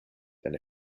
than